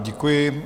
Děkuji.